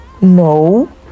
no